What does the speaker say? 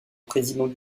président